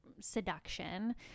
seduction